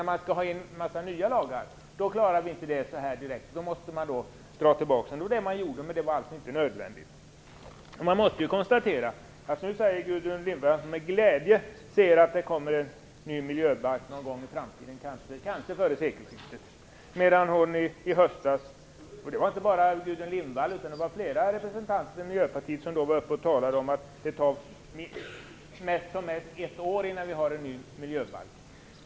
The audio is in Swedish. Om man skall ta med en mängd nya lagar kan vi inte klara av det så här direkt. Då måste förslaget dras tillbaka. Det var så man gjorde, men det var alltså inte nödvändigt. Gudrun Lindvall säger att hon med glädje ser att det kommer en ny miljöbalk någon gång i framtiden, kanske före sekelskiftet. I höstas talade Gudrun Lindvall och flera andra representanter för Miljöpartiet om att det kommer att ta som mest ett år innan vi har en ny miljöbalk.